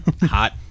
hot